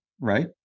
right